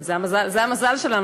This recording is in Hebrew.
זה המזל שלנו.